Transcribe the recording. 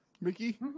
Mickey